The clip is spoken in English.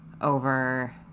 over